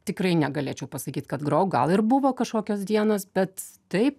tikrai negalėčiau pasakyt kad grojau gal ir buvo kažkokios dienos bet taip